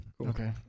Okay